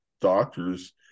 doctors